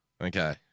Okay